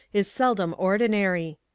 is seldom ordinary.